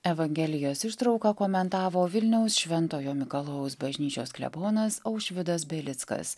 evangelijos ištrauką komentavo vilniaus šventojo mikalojaus bažnyčios klebonas aušvydas belickas